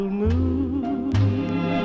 moon